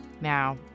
Now